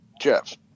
Jeff